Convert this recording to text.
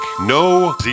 No